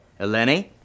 Eleni